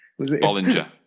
Bollinger